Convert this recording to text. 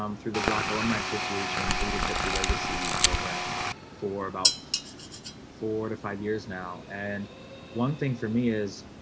um through the black alumni associations leadership through legacy program for about four to five years now. and one thing for me is